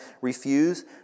refuse